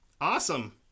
Awesome